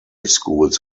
schools